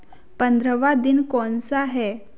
पन्द्रहवाँ दिन कौन सा है